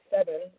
Seven